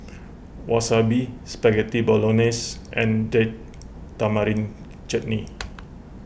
Wasabi Spaghetti Bolognese and Date Tamarind Chutney